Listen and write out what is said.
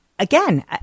Again